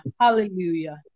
hallelujah